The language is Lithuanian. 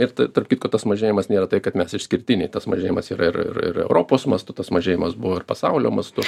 ir tarp kitko tas mažėjimas nėra tai kad mes išskirtiniai tas mažėjimas yra ir ir ir europos mastu tas mažėjimas buvo ir pasaulio mastu